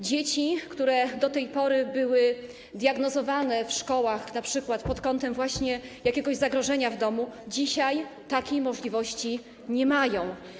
Dzieci, które do tej pory były diagnozowane w szkołach np. pod kątem istnienia jakiegoś zagrożenia w domu, dzisiaj takiej możliwości nie mają.